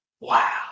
wow